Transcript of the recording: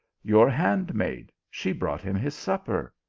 your handmaid, she brought him his supper.